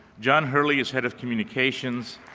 john hurley is head of communications.